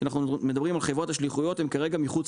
אנחנו מדברים על חברות השליחות שהן כרגע מחוץ